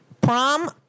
Prom